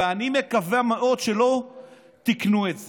ואני מקווה מאוד שלא תקנו את זה"